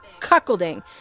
cuckolding